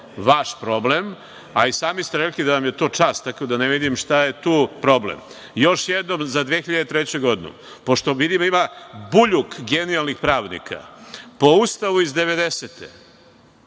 vaš problem, a i sami ste rekli da vam je to čast, tako da ne vidim šta je tu problem. Još jednom za 2003. godinu, pošto, vidim, ima buljuk genijalnih pravnika, po Ustavu iz 1990.